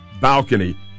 balcony